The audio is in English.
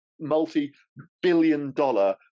multi-billion-dollar